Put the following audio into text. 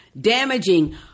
damaging